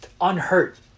unhurt